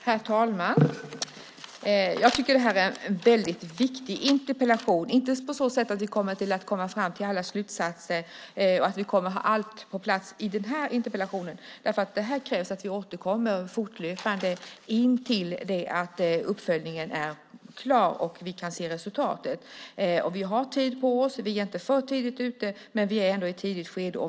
Herr talman! Jag tycker att det här är en väldigt viktig interpellation - inte på så sätt att vi kommer att komma fram till alla slutsatser och ha allt på plats med den här interpellationen. Det krävs att vi återkommer fortlöpande tills uppföljningen är klar och vi kan se resultatet. Vi har tid på oss. Vi är inte för tidigt ute, men vi är ändå i ett tidigt skede.